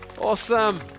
awesome